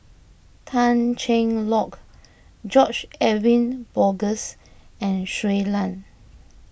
Tan Cheng Lock George Edwin Bogaars and Shui Lan